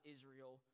Israel